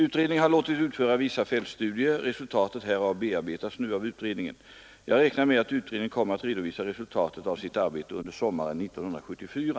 Utredningen har låtit utföra vissa fältstudier. Resultatet härav bearbetas nu av utredningen. Jag räknar med att utredningen kommer att redovisa resultatet av sitt arbete under sommaren 1974.